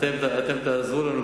אתם תעזרו לנו,